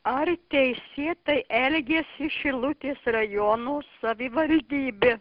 ar teisėtai elgėsi šilutės rajono savivaldybė